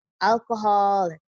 alcohol